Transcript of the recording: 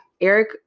Eric